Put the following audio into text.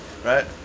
Right